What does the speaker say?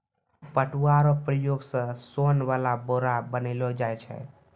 पटुआ रो प्रयोग से सोन वाला बोरा बनैलो जाय छै